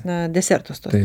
na desertus tuos